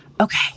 okay